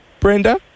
Brenda